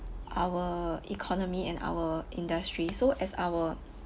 our economy and our industry so as our